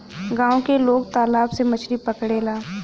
गांव के लोग तालाब से मछरी पकड़ेला